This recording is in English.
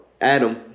Adam